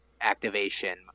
activation